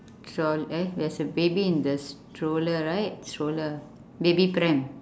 stroll~ eh there's a baby in the stroller right stroller baby pram